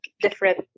different